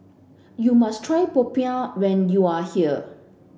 you must try Popiah when you are here